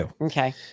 Okay